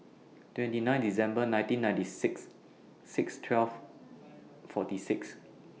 twenty nine December nineteen ninety six six twelve forty six